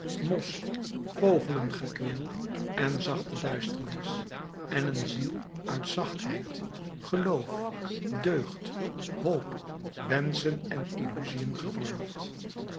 mos vogelengekweel en zachte duisternis en een ziel uit zachtheid geloof deugd hoop wenschen en illusiën gevormd